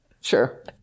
sure